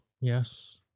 yes